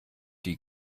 die